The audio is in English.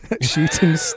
shooting